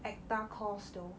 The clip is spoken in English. ACTA course though